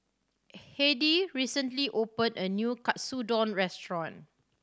Heidy recently opened a new Katsudon Restaurant